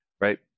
right